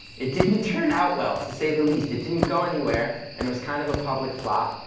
it didn't turn out well, to say the least, it didn't go anywhere, and it was kind of a public flop,